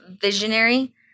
visionary